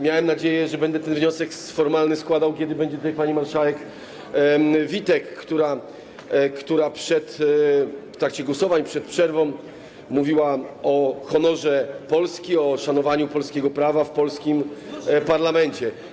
Miałem nadzieję, że będę ten wniosek formalny składał, kiedy będzie tutaj pani marszałek Witek, która w trakcie głosowań przed przerwą mówiła o honorze Polski, o szanowaniu polskiego prawa w polskim parlamencie.